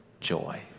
joy